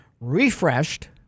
refreshed